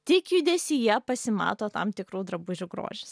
tik judesyje pasimato tam tikrų drabužių grožis